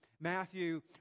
Matthew